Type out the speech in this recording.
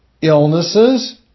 illnesses